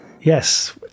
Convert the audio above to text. Yes